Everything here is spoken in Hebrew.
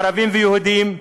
ערבים ויהודים,